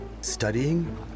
studying